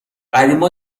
قدیما